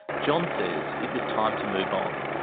john says it was time to move on.